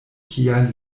kial